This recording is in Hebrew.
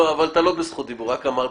אין מסירה שנייה.